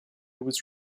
was